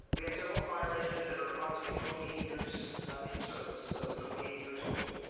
we have several fire engines that are approximately twenty eight years in service, so they're twenty eight years old.